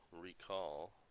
recall